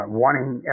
wanting